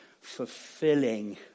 fulfilling